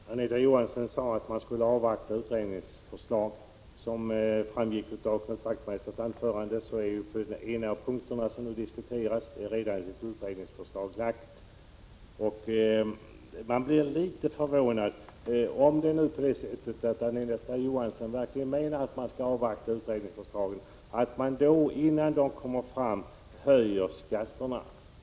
Herr talman! Anita Johansson sade att man skulle avvakta utredningens förslag. Som framgick av Knut Wachtmeisters anförande är ju ett utredningsförslag redan framlagt beträffande en av de punkter som nu diskuteras. Man blir därför litet förvånad — om Anita Johansson nu verkligen menar att man skall avvakta utredningen — över att man innan utredningens förslag kommer fram höjer skatterna.